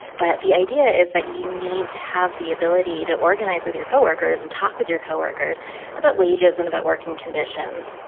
but the idea is that you need to have the ability to organize with your co-workers and talk with your co-workers about wages and about working conditions.